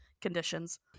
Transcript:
conditions